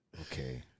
okay